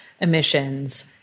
emissions